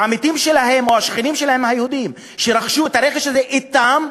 העמיתים שלהם או השכנים שלהם היהודים שרכשו את הרכש הזה אתם,